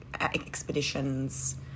expeditions